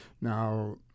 Now